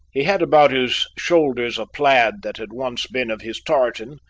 he had about his shoulders a plaid that had once been of his tartan,